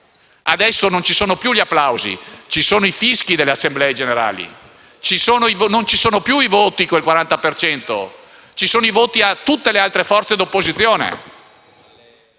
adesso non ci sono più gli applausi, ma i fischi delle assemblee generali; non ci sono più i voti del 40 per cento, ma i voti a tutte le altre forze di opposizione.